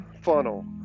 funnel